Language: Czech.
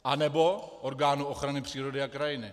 Anebo orgánu ochrany přírody a krajiny.